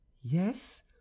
Yes